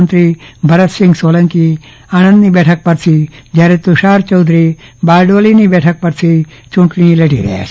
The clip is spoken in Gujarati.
મંત્રી ભરતસિંહ સોલંકી આણંદની બેઠક પરથી જયારે તુષાર યૌધરી બારડોલીની બેઠક પરથી યુંટણી લડી રહ્યા છે